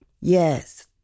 Yes